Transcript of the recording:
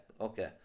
okay